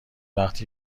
وقتی